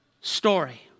story